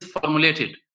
formulated